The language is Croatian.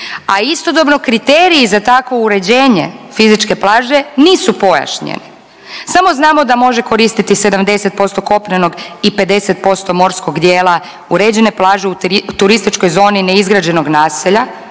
A istodobno kriteriji za takvo uređenje fizičke plaže nisu pojašnjeni. Samo znamo da može koristiti 70% kopnenog i 50% morskog dijela uređene plaže u turističkoj zoni neizgrađenog naselja